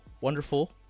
wonderful